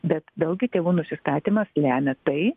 bet vėlgi tėvų nusistatymas lemia tai